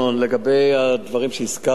לגבי הדברים שהזכרת,